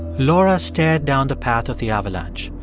laura stared down the path of the avalanche.